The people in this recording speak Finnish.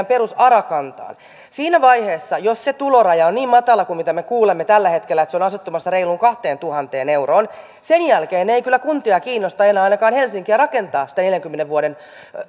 perus ara kantaan siinä vaiheessa jos se tuloraja on niin matala kuin mitä me kuulemme tällä hetkellä että se on asettumassa reiluun kahteentuhanteen euroon sen jälkeen ei kyllä kuntia kiinnosta ei ainakaan helsinkiä rakentaa sitä neljänkymmenen vuoden